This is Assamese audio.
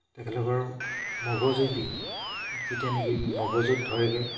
তেখেতলোকৰ মগজুত বি যেতিয়া নেকি মগজুত ধৰেগৈ